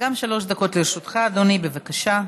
גם לרשותך שלוש דקות, אדוני, בבקשה.